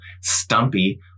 stumpy